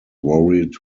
worried